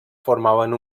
formaven